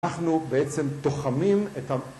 אנחנו בעצם תוחמים את ה...